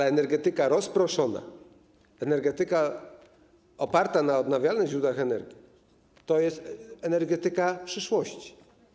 Energetyka rozproszona, energetyka oparta na odnawialnych źródłach energii to jest energetyka przyszłości.